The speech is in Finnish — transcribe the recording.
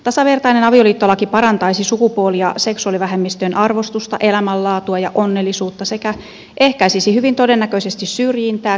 tasavertainen avioliittolaki parantaisi sukupuoli ja seksuaalivähemmistöjen arvostusta elämänlaatua ja onnellisuutta sekä ehkäisisi hyvin todennäköisesti syrjintää kiusaamista sekä mielenterveysongelmiakin